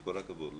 וכל הכבוד לו,